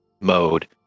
mode